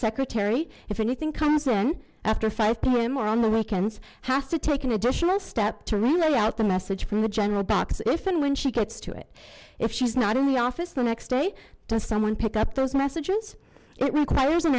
secretary if anything comes after five pm or on the weekends have to take an additional step to root out the message from the general box if and when she gets to it if she's not only office the next day does someone pick up those messages it requires an